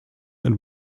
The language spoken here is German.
ein